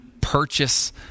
purchase